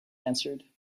answered